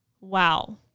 Wow